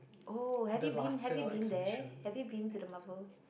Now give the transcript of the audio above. oh have you been have you been there have you been to the Marvel